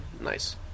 nice